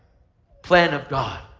plan of god.